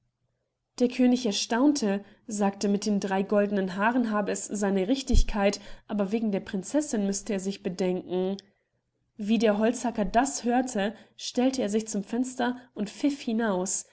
der könig erstaunte sagte mit den drei goldenen haaren habe es seine richtigkeit aber wegen der prinzessin müsse er sich bedenken wie der holzhacker das hörte stellte er sich zum fenster und pfiff hinaus